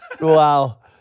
Wow